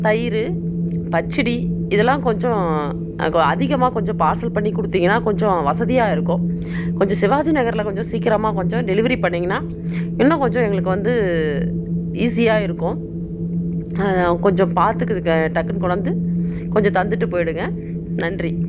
தயிர் பச்சடி இதெல்லாம் கொஞ்சம் அதிகமாக கொஞ்சம் பார்சல் பண்ணி கொடுத்தீங்கன்னா கொஞ்சம் வசதியாக இருக்கும் கொஞ்சம் சிவாஜி நகரில் கொஞ்சம் சீக்கிரமாக கொஞ்சம் டெலிவரி பண்ணிணீங்கன்னா இன்னும் கொஞ்சம் எங்களுக்கு வந்து ஈஸியாக இருக்கும் கொஞ்சம் பார்த்து இதுக்கு டக்குனு கொண்டாந்து கொஞ்சம் தந்துவிட்டு போயிவிடுங்க நன்றி